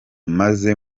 maze